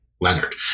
Leonard